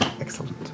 Excellent